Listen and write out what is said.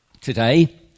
today